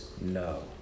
No